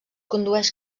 condueix